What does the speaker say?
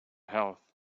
health